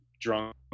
drunk